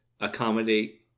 accommodate